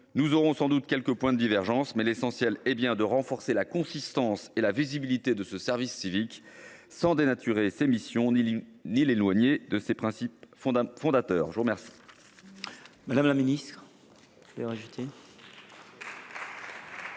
mes chers collègues, quelques points de divergence, mais l’essentiel est de renforcer la consistance et la visibilité de ce service civique, sans dénaturer ses missions ni l’éloigner de ses principes fondateurs. La parole